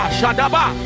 Shadaba